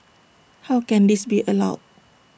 how can this be allowed